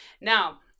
Now